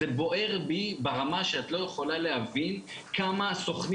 זה בוער בי ברמה שאת לא יכולה להבין כמה הסוכנים